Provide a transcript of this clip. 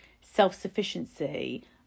self-sufficiency